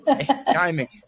Timing